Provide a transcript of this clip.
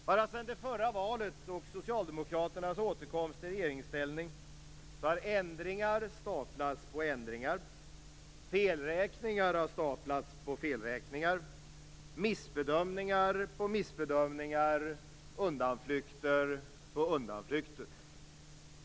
Bara sedan förra valet och Socialdemokraternas återkomst i regeringsställning har ändringar staplats på ändringar, felräkningar på felräkningar, missbedömningar på missbedömningar och undanflykter på undanflykter.